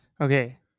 Okay